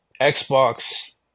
Xbox